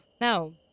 No